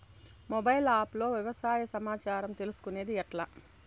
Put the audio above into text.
Mobile app లో వ్యవసాయ సమాచారం తీసుకొనేది ఎట్లా?